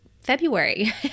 February